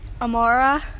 Amora